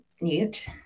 Newt